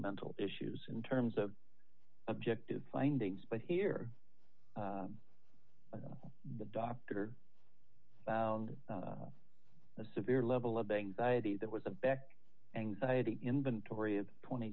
mental issues in terms of objective findings but here the doctor found a severe level of anxiety that was the beck anxiety inventory of twenty